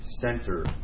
center